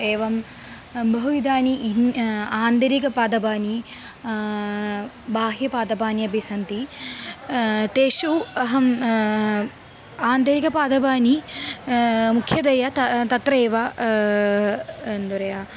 एवं बहु इदानी इन् आन्तरिकपादपानि बाह्यपादपानि अपि सन्ति तेषु अहं आन्तरिकपादपानि मुख्यतया ता तत्रैव अन्तरया